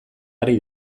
ari